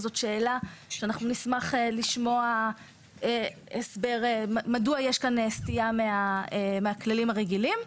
אז זאת שאלה שאנחנו נשמח לשמוע הסבר מדוע יש כאן סטייה מהכללים הרגילים.